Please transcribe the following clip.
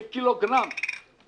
לקילוגרם,